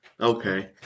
Okay